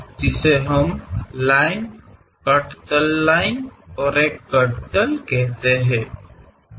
ಮತ್ತು ಇದನ್ನು ನಾವು ಲೈನ್ ಎಂದು ಕರೆಯುತ್ತೇವೆ ಪ್ಲೇನ್ ಲೈನ್ ಅನ್ನು ಕತ್ತರಿಸಿ ಮತ್ತು ಇದನ್ನು ಕಟ್ ಪ್ಲೇನ್ ಎಂದು ಕರೆಯಲಾಗುತ್ತದೆ